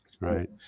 Right